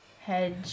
hedge